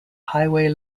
highway